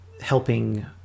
helping